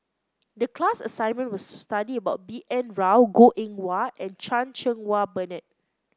the class assignment was to study about B N Rao Goh Eng Wah and Chan Cheng Wah Bernard